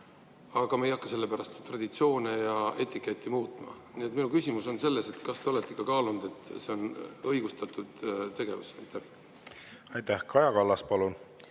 Aga me ei hakka sellepärast traditsioone ja etiketti muutma. Nii et minu küsimus on selles: kas te olete seda kaalunud [ja leidnud], et see on õigustatud tegevus? Aitäh! Kaja Kallas, palun!